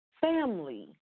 family